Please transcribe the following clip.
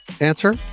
answer